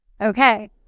Okay